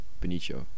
Benicio